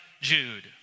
Jude